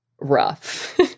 rough